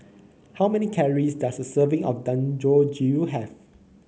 how many calories does a serving of Dangojiru have